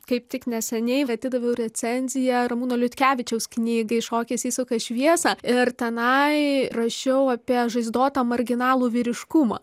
kaip tik neseniai va atidaviau recenziją ramūno liutkevičiaus knygai šokis įsuka šviesą ir tenai rašiau apie žaizdotą marginalų vyriškumą